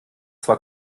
zwar